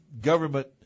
government